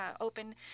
open